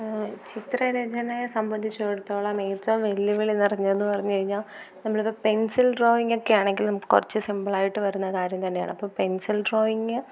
ചിത്രരചനയെ സംബന്ധിച്ചിടത്തോളം ഏറ്റവും വെല്ലുവിളി നിറഞ്ഞത് എന്ന് പറഞ്ഞുകഴിഞ്ഞാൽ നമ്മൾ ഇപ്പം പെൻസിൽ ഡ്രോയിങ്ങ് ഒക്കെ ആണെങ്കിൽ നമുക്ക് കുറച്ച് സിംപിൾ ആയിട്ട് വരുന്ന കാര്യംതന്നെയാണ് അപ്പോൾ പെൻസിൽ ഡ്രോയിങ്